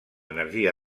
energia